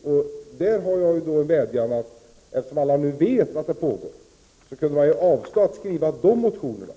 Jag har då en vädjan till er att avstå från att skriva de motionerna, eftersom alla nu vet att det pågår en utredning.